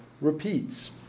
repeats